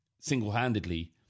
single-handedly